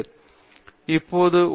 பேராசிரியர் பிரதாப் ஹரிதாஸ் சரி